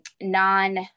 non-